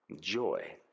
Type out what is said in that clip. joy